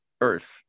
earth